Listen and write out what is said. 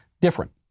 Different